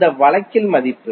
அந்த வழக்கில் மதிப்பு